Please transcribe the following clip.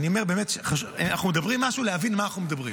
אנחנו מדברים על משהו, להבין על מה אנחנו מדברים.